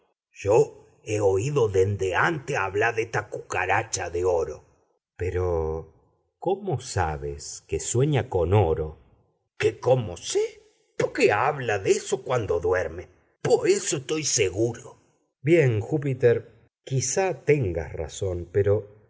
yo he oído dende antes hablá de estas cucarachas de oro pero cómo sabes que sueña con oro que cómo sé poque habla de eso cuando duerme po eso toy seguro bien júpiter quizá tengas razón pero